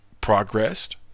progressed